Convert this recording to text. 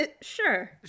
Sure